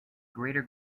greater